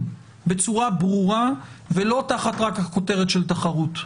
בצורה ברורה ולא רק תחת הכותרת של תחרות.